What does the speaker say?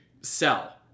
sell